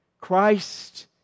Christ